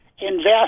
invest